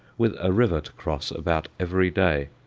with a river to cross about every day.